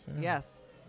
Yes